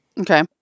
Okay